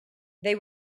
they